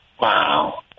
Wow